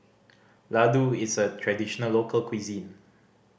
laddu is a traditional local cuisine